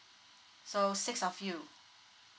so six of you